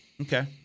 Okay